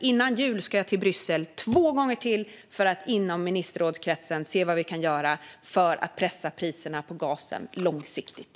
Innan jul ska jag ytterligare två gånger till Bryssel för att inom ministerrådskretsen se vad vi kan göra för att pressa priserna på gasen långsiktigt.